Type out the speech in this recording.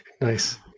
Nice